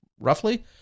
roughly